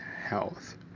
health